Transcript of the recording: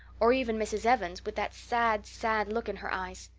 or even mrs. evans, with that sad, sad look in her eyes?